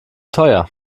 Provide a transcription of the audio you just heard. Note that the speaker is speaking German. teuer